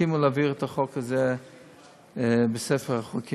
תסכימו להעביר את החוק הזה בספר החוקים.